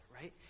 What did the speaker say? Right